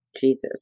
jesus